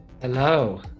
Hello